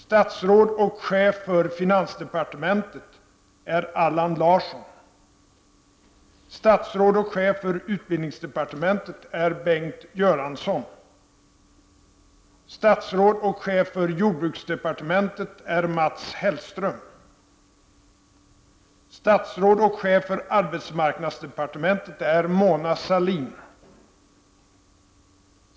Statsråd och chef för finansdepartementet är Allan Larsson. Statsråd och chef för utbildningsdepartementet är Bengt Göransson. Statsråd och chef för jordbruksdepartementet är Mats Hellström. Statsråd och chef för arbetsmarknadsdepartementet är Mona Sahlin.